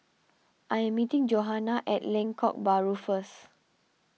I am meeting Johana at Lengkok Bahru first